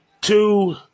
Two